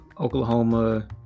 Oklahoma